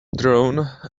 drone